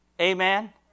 Amen